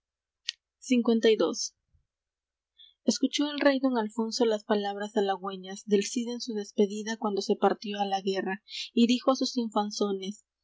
lii escuchó el rey don alfonso las palabras halagüeñas del cid en su despedida cuando se partió á la guerra y dijo á sus infanzones